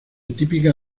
típica